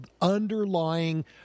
underlying